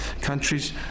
countries